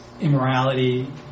immorality